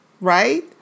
right